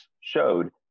showed